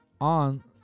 on